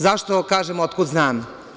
Zašto ovo kažem – otkud znam?